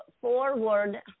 forward